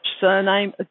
surname